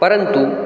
परंतु